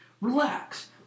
Relax